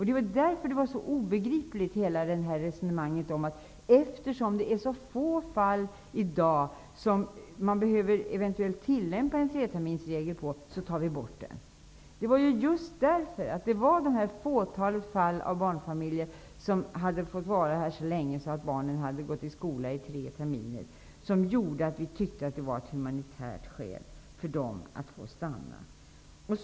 Det var därför det var så obegripligt, dvs. hela resonemanget om att eftersom det är så få fall i dag där man eventuellt behöver tillämpa en treterminsregel kan vi också ta bort den. Det var just detta fåtal fall av barnfamiljer som hade fått vara här så länge att barnen hade gått i skola i tre terminer som gjorde att vi tyckte att det var ett humanitärt skäl för dem att få stanna här.